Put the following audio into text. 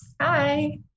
Hi